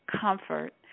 comfort